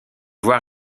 voir